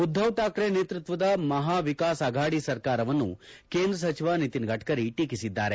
ಉದ್ಧವ್ ಕಾಕ್ರೆ ನೇತೃತ್ವದ ಮಹಾವಿಕಾಸ್ ಅಘಾಡಿ ಸರ್ಕಾರವನ್ನು ಕೇಂದ್ರ ಸಚಿವ ನಿತಿನ್ ಗಡ್ಕರಿ ಟೀಕಿಸಿದ್ದಾರೆ